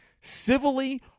civilly